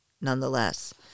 nonetheless